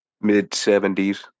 mid-70s